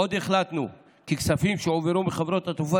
עוד החלטנו כי כספים שהועברו מחברות התעופה